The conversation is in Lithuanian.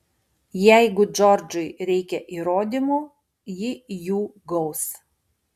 jeigu džordžui reikia įrodymų ji jų gaus